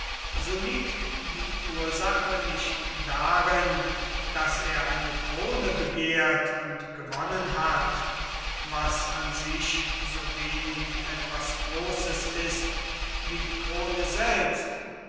so liegt die ursache nicht darin daß er eine krone begehrt und gewonnen hat was an sich so wenig etwas großes ist wie die krone selbst